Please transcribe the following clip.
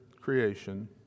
creation